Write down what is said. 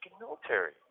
military